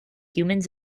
humans